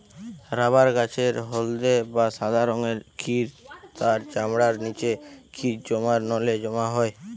rubber গাছের হলদে বা সাদা রঙের ক্ষীর তার চামড়ার নিচে ক্ষীর জমার নলে জমা হয়